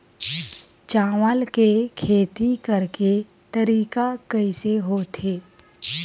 चावल के खेती करेके तरीका कइसे होथे?